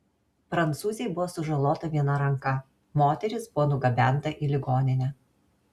prancūzei buvo sužalota viena ranka moteris buvo nugabenta į ligoninę